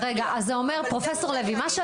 אני לא שמאל,